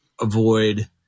avoid